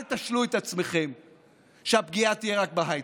אל תשלו את עצמכם שהפגיעה תהיה רק בהייטק,